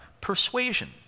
persuasion